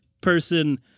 Person